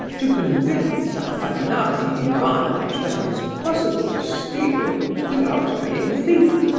to convince afanasy ivanovitch that it is possible to steal without being a thief?